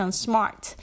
smart